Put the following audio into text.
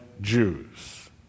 Jews